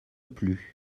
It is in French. plus